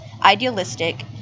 idealistic